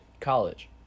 college